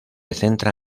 centra